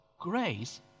Grace